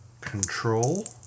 Control